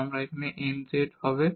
তাহলে এটি এখানে n z হবে